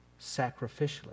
sacrificially